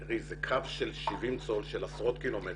זה קו של 70 צול, של עשרות קילומטרים.